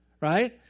right